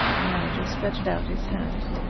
the manager stretched out his hand.